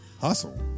Hustle